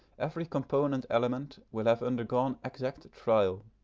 every component element, will have undergone exact trial,